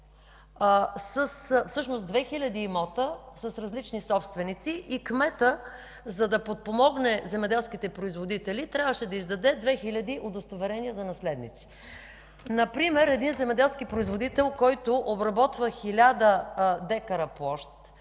има 2 хил. имота с различни собственици и кметът, за да подпомогне земеделските производители, трябваше да издаде 2 хил. удостоверения за наследници. Например един земеделски производител, който обработва 1000 дка площ,